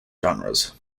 genres